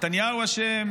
"נתניהו אשם",